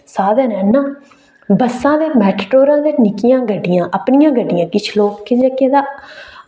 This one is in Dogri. साधन हैन ना बस्सां ते मैटाडोरां ते निक्कियां गड्डियां अपनियां गड्डियां किश लोक जेह्के तां